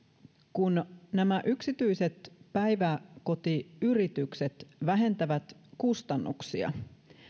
kun nämä yksityiset päiväkotiyritykset vähentävät kustannuksia